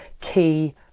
key